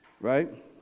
Right